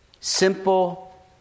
Simple